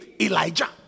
Elijah